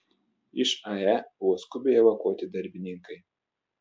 iš ae buvo skubiai evakuoti darbininkai